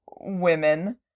women